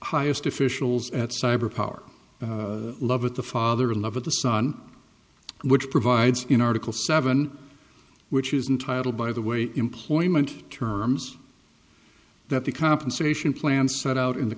highest officials at cyber power love it the father love of the son which provides in article seven which is in title by the way employment terms that the compensation plan set out in the